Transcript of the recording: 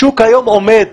השוק היום עומד.